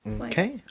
Okay